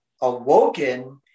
awoken